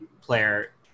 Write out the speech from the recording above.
player